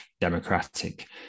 democratic